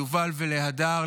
ליובל ולהדר,